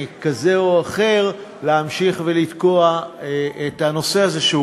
כזה או אחר להמשיך ולתקוע את הנושא הזה,